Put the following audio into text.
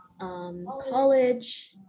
college